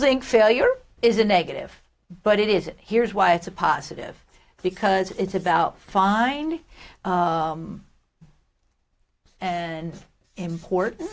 think failure is a negative but it is here's why it's a positive because it's about finding and important